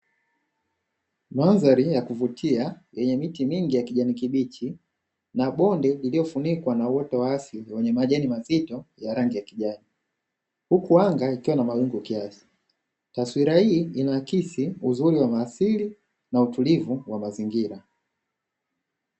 Mandhari ya kuvutia yenye miti mingi ya kijani kibichi na bonde lililofunikwa na uoto wa asili wenye majani mazito ya rangi ya kijani, huku anga likiwa na mawingu kiasi. Taswira hii inaakisi uzuri wa maliasili na utulivu wa mazingira.